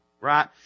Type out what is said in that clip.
right